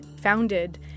founded